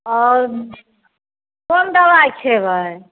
आओर कोन दवाइ खेबै